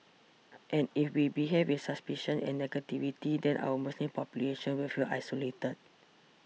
and if we behave with suspicion and negativity then our Muslim population will feel isolated